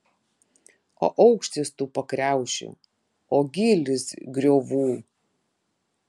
o aukštis tų pakriaušių o gylis griovų